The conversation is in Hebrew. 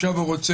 עכשיו הוא רוצה